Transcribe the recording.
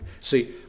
see